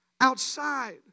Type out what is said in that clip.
Outside